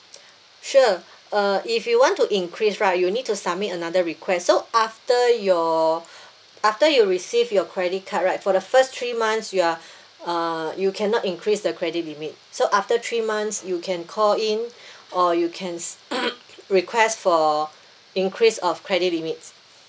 sure uh if you want to increase right you need to submit another request so after your after you receive your credit card right for the first three months you are uh you cannot increase the credit limit so after three months you can call in or you can se~ request for increase of credit limit